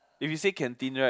if you say canteen right